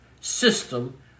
system